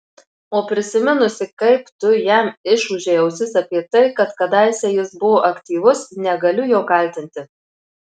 o prisiminusi kaip tu jam išūžei ausis apie tai kad kadaise jis buvo aktyvus negaliu jo kaltinti